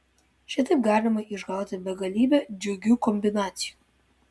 šitaip galima išgauti begalybę džiugių kombinacijų